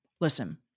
Listen